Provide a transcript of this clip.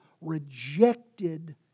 rejected